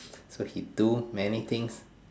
so he do many things